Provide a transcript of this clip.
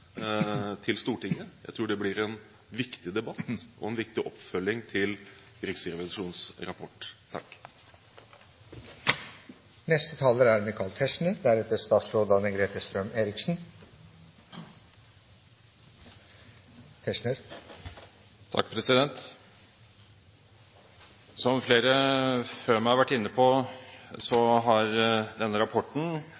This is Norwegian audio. til at vi skal få meldingen om kvalitet og pasientsikkerhet til Stortinget. Jeg tror vi får en viktig debatt da og en viktig oppfølging av Riksrevisjonens rapport. Som flere før meg har vært inne på,